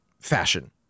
fashion